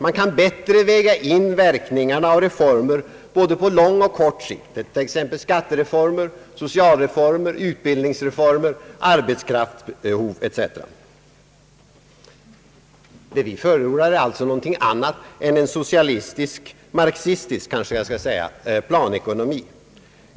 Man kan bättre väga in verkningarna av reformer både på lång och kort sikt, t.ex. skattereformer, social Det vi förordar är alltså något annat än en marxistisk planekonomi.